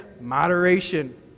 moderation